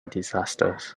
disasters